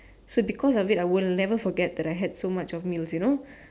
so because of it I would never forget that I had so much of meals you know